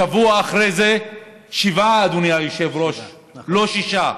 שבוע אחרי זה, שבעה, אדוני היושב-ראש, לא שישה.